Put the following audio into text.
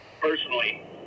personally